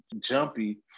jumpy